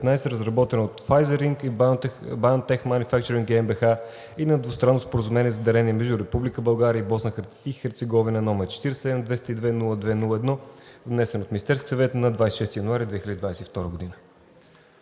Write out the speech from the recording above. разработена от Pfizer Inc. и BioNTech Manufacturing GmbH и на Двустранно споразумение за дарение между Република България и Босна и Херцеговина, № 47 202-02-1, внесен от Министерския съвет на 26 януари 2022 г.“